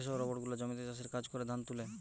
যে সব রোবট গুলা জমিতে চাষের কাজ করে, ধান তুলে